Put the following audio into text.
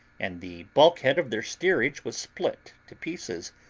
and the bulk-head of their steerage was split to pieces,